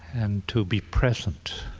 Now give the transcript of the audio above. and to be present